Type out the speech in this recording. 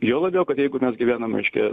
juo labiau kad jeigu mes gyvenam reiškia